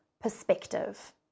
perspective